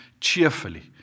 cheerfully